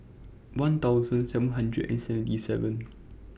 one thousand seven hundred and seventy seven